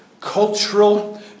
cultural